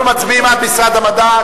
אנחנו מצביעים עד משרד המדע,